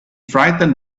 frightened